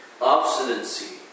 obstinacy